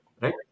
right